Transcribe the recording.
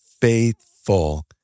faithful